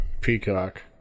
Peacock